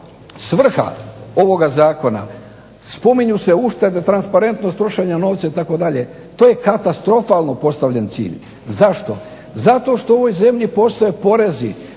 svrha ovoga zakona spominju se uštede, transparentnost trošenja novca itd. To je katastrofalno postavljen cilj. Zašto? Zato što u ovoj zemlji postoje porezi,